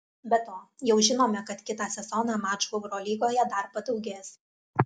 be to jau žinome kad kitą sezoną mačų eurolygoje dar padaugės